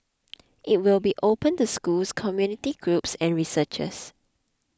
it will be open to schools community groups and researchers